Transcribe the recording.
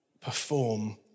perform